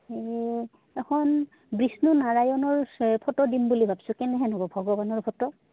হে এখন বিষ্ণু নাৰায়ণৰ ফটো দিম বুলি ভাবছোঁ কেনেহেন হ'ব ভগৱানৰ ফটো